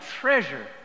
treasure